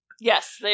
Yes